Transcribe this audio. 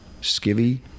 skivvy